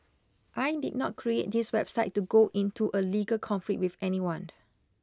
I did not create this website to go into a legal conflict with anyone